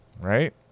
right